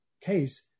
case